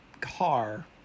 car